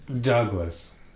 Douglas